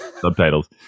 subtitles